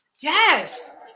Yes